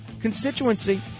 constituency